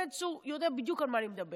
בן צור יודע בדיוק על מה אני מדברת.